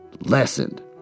lessened